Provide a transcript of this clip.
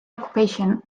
occupation